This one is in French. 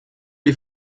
les